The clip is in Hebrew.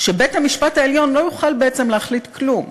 שבית-המשפט העליון לא יוכל בעצם להחליט כלום,